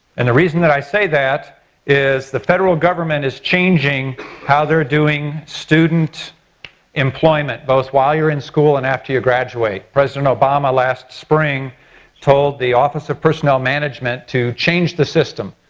and the reason that i say that is the federal government is changing how they're doing student employment. both while you're in school and after you graduate. president obama last spring told the office of personnel management to change the system.